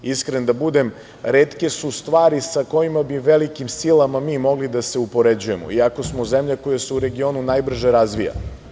Iskren da budem, retke su stvari sa kojima bi velikim silama mi mogli da se upoređujemo, iako smo zemlja koja se u regionu najviše razvija.